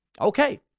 Okay